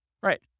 Right